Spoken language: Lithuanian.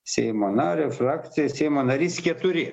seimo nario frakcija seimo narys keturi